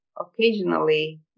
occasionally